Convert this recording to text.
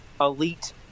elite